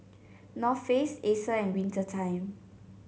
North Face Acer and Winter Time